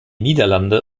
niederlande